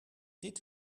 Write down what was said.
dit